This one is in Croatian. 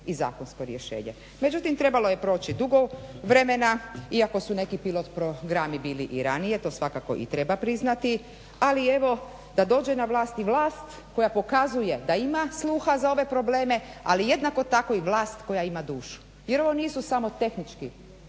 i zakonsko rješenje. Međutim trebalo je proći dugo vremena, iako su neki pilot programi bili i ranije, to svakako treba priznati ali evo da dođe na vlast i vlast koja pokazuje da ima sluha za ove problema, ali jednako tako i vlast koja ima dušu. Jer ovo nisu samo tehničke